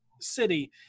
city